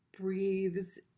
breathes